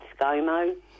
ScoMo